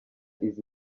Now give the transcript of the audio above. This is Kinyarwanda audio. izi